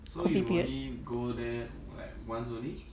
so you only go there like once only